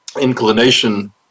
inclination